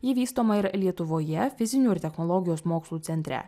ji vystoma ir lietuvoje fizinių ir technologijos mokslų centre